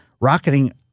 Rocketing